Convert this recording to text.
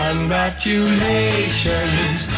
Congratulations